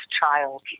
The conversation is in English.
child